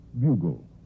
bugle